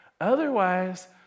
Otherwise